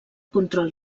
control